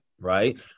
Right